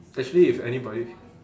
actually if anybody